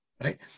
right